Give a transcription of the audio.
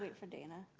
um for dana?